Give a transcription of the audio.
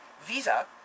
Visa